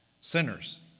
sinners